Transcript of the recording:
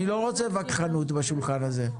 אני לא רוצה וכחנות בשולחן הזה.